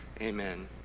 Amen